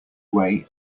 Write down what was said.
way